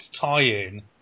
tie-in